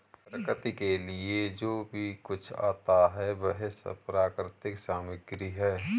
प्रकृति के लिए जो कुछ भी आता है वह प्राकृतिक सामग्री है